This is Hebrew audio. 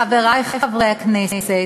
חברי חברי הכנסת,